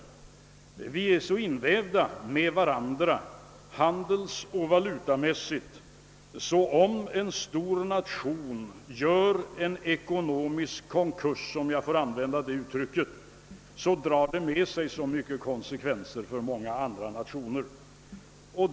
Staterna är så invävda i varandra handelsoch valutamässigt att en ekonomisk konkurs — om jag får använda detta uttryck — för en stor nation drar med sig många konsekvenser för andra nationer.